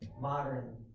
modern